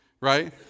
right